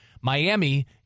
Miami